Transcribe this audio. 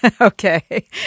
Okay